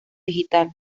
digital